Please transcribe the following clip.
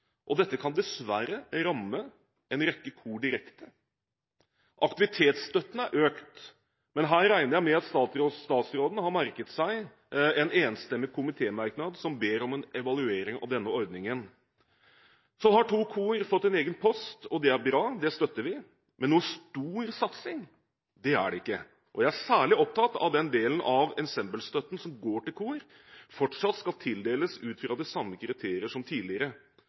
og dette kan dessverre ramme en rekke kor direkte. Aktivitetsstøtten er økt, men her regner jeg med at statsråden har merket seg en enstemmig komitémerknad der man ber om en evaluering av denne ordningen. Så har to kor fått en egen post. Og det er bra, det støtter vi, men noen stor satsing er det ikke. Jeg er særlig opptatt av at den delen av ensemblestøtten som går til kor, fortsatt skal tildeles ut fra de samme kriterier som tidligere,